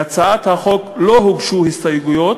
להצעת החוק לא הוגשו הסתייגויות,